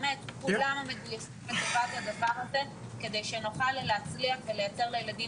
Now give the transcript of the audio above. כולנו באמת מגויסים לטובת הדבר הזה כדי שנוכל להצליח ולייצר לילדים